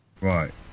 Right